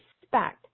respect